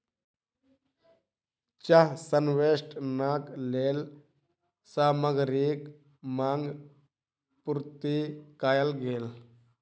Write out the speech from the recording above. चाह संवेष्टनक लेल सामग्रीक मांग पूर्ति कयल गेल